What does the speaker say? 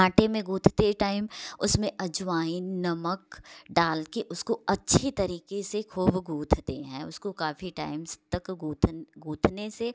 आंटे में गूँथते टाइम उसमें अजवाइन नमक डाल कर उसको अच्छी तरीके से खूब गूँथते हैं उसको काफ़ी टैम्स तक गूथन गूँथने से